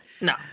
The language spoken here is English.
No